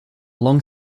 long